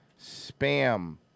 spam